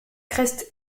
crest